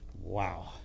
Wow